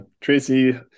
Tracy